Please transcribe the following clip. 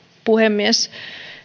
puhemies